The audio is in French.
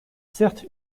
certes